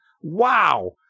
Wow